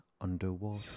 underwater